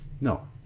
no